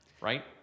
right